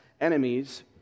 enemies